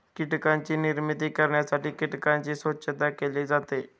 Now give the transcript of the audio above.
कीटकांची निर्मिती करण्यासाठी कीटकांची स्वच्छता केली जाते